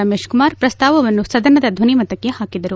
ರಮೇಶ್ ಕುಮಾರ್ ಪ್ರಸ್ತಾವವನ್ನು ಸದನದ ಧ್ವನಿಮತಕ್ಕೆ ಹಾಕಿದರು